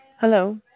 hello